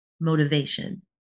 motivation